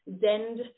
Zend